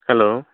hello